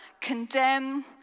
condemn